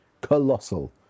Colossal